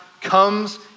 comes